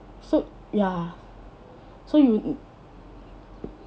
so ya so you